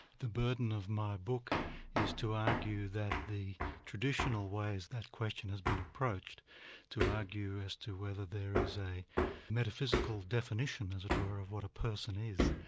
the burden of my book is to argue that the traditional ways that question has been approached to argue as to whether there is a metaphysical definition as it were of what a person is,